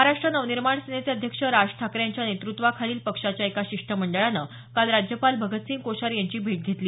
महाराष्ट नवनिर्माण सेनेचे अध्यक्ष राज ठाकरे यांच्या नेतृत्त्वाखालील पक्षाच्या एका शिष्टमंडळानं काल राज्यपाल भगतसिंग कोश्यारी यांची भेट घेतली